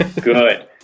Good